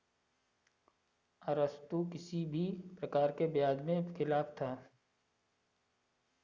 अरस्तु किसी भी प्रकार के ब्याज के खिलाफ था